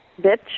Bitch